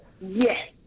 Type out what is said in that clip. Yes